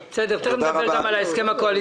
בסדר, עוד מעט נדבר גם על ההסכם הקואליציוני.